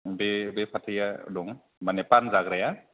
बे फाथैया दं माने फान जाग्राया